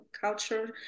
culture